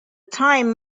time